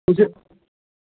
ꯍꯧꯖꯤꯛ